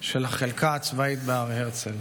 של החלקה הצבאית בהר הרצל,